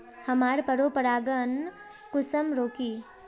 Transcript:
हमार पोरपरागण कुंसम रोकीई?